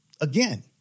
Again